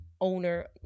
owner